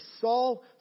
Saul